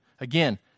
Again